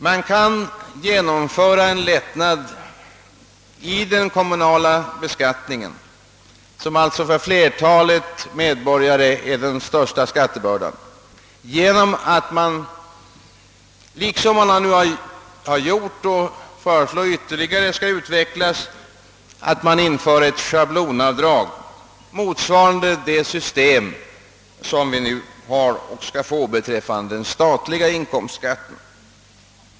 Man kan genomföra en lättnad i den kommunala beskattningen, som för flertalet medborgare är den största skattebördan, genom att införa ett schablonavdrag motsvarande det system som vi nu har och skall få beträffande den statliga inkomstskatten.